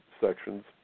sections